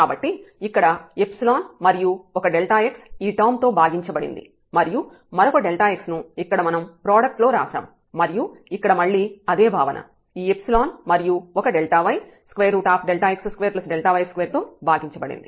కాబట్టి ఇక్కడ మరియు ఒక Δx ఈ టర్మ్ తో భాగించబడింది మరియు మరొక Δx ను ఇక్కడ మనం ప్రోడక్ట్ లో రాశాం మరియు ఇక్కడ మళ్ళీ అదే భావన ఈ మరియు ఒక Δy x2Δy2 తో భాగించబడింది